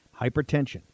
Hypertension